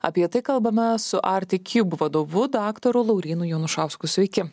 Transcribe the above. apie tai kalbame su artikiūb vadovu daktaru laurynu jonušausku sveiki